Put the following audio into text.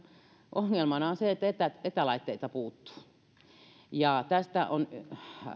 ongelmana on se että että etälaitteita puuttuu tästä on